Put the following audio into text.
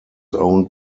owned